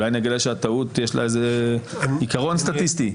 אולי נגלה שהטעות, יש לה עיקרון סטטיסטי.